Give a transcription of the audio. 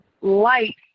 light